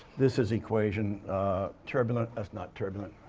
this is equation turbulent, that's not turbulent,